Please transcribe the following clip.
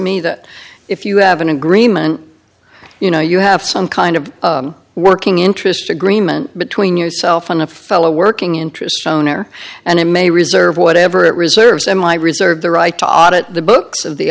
me that if you have an agreement you know you have some kind of working interest agreement between yourself and a fellow working interest phone or and it may reserve whatever it reserves m i reserve the right to audit the books of the